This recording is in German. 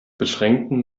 beschränkten